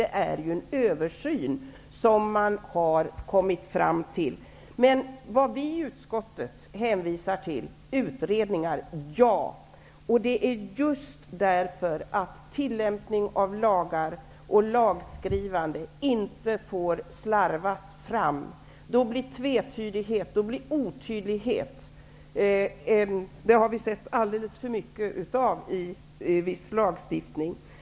Det är ju en översyn som vi har kommit fram till. Vi i utskottet hänvisar till utredningar just därför att tillämpning av lagar och lagskrivande inte får slarvas fram. Då blir det tvetydigheter och otydligheter. Det har vi sett alldeles för mycket av i viss lagstiftning.